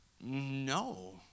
no